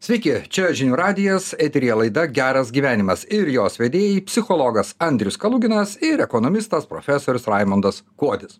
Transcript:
sveiki čia žinių radijas eteryje laida geras gyvenimas ir jos vedėjai psichologas andrius kaluginas ir ekonomistas profesorius raimundas kuodis